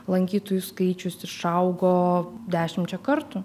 lankytojų skaičius išaugo dešimčia kartų